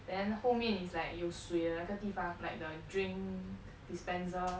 then 后面 is like 有水的那个地方 like the drink dispenser